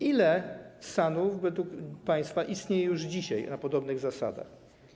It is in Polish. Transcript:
Ile SAN-ów według państwa istnieje już dzisiaj na podobnych zasadach?